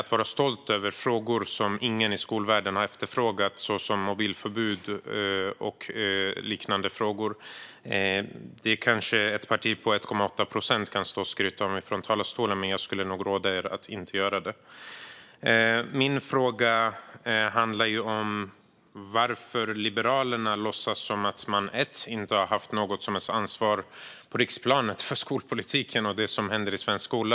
Att man är stolt över sådant som ingen i skolvärlden har efterfrågat, såsom mobilförbud och liknande, kanske ett parti på 1,8 procent kan stå och skryta om från talarstolen, men jag skulle nog råda er att inte göra det. Min första fråga är varför Liberalerna låtsas som att de inte har haft något som helst ansvar på riksplanet för skolpolitiken och det som händer i svensk skola.